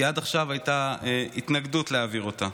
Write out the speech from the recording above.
כי עד עכשיו הייתה התנגדות להעביר אותה.